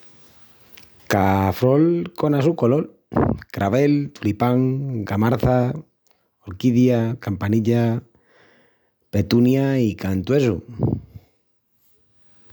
Ca frol cona su colol: cravel, tulipán, gamarça, orquidia, campanilla, petunia i cantuesu.